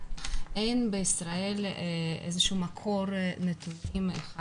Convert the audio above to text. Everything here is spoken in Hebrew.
שאין בישראל איזשהו מקור נתונים אחד